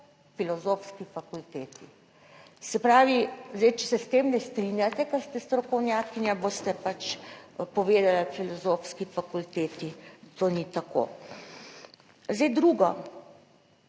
Filozofski fakulteti. Se pravi, zdaj, če se s tem ne strinjate, ker ste strokovnjakinja, boste pač povedala Filozofski fakulteti, da to ni tako. Zdaj drugo,